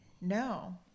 No